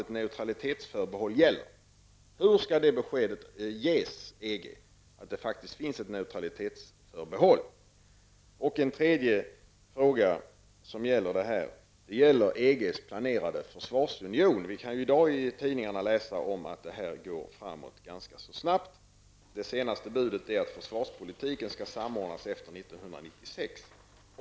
Min andra fråga är följande: Hur skall EG få besked om att det faktiskt finns ett neutralitetsförbehåll? Min tredje fråga gäller EGs planerade försvarsunion. Vi kan ju i dag i tidningarna läsa att arbetet med detta går framåt ganska snabbt. Det senaste budet är att försvarspolitiken skall samordnas efter 1996.